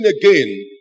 again